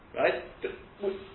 right